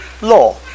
law